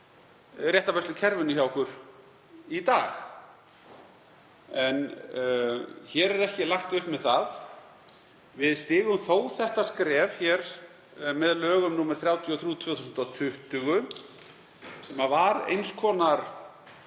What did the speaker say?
réttarvörslukerfinu hjá okkur í dag. En hér er ekki lagt upp með það. Við stigum þó þetta skref með lögum nr. 33/2020, sem var eins konar